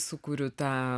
sukuriu tą